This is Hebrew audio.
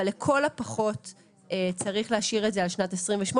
אבל לכל הפחות צריך להשאיר את זה על שנת 2028